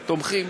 תומכים.